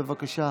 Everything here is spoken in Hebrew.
בבקשה.